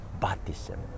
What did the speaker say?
baptism